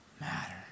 matter